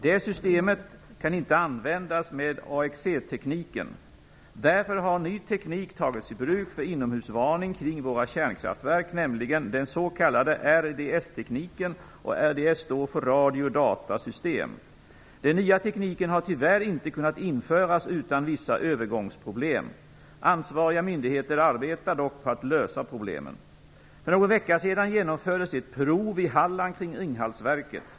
Det systemet kan inte användas med AXE-tekniken. Därför har ny teknik tagits i bruk för inomhusvarning kring våra kärnkraftverk, nämligen den s.k. RDS tekniken. RDS står för radio-data-system. Den nya tekniken har tyvärr inte kunnat införas utan vissa övergångsproblem. Ansvariga myndigheter arbetar dock på att lösa problemet. För någon vecka sedan genomfördes ett prov i Halland kring Ringhalsverket.